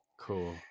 Cool